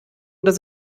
oder